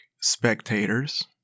spectators